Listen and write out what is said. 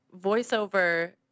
voiceover